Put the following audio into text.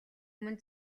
өмнө